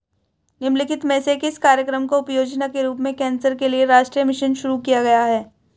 निम्नलिखित में से किस कार्यक्रम को उपयोजना के रूप में कैंसर के लिए राष्ट्रीय मिशन शुरू किया गया है?